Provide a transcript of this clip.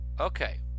Okay